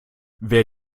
wer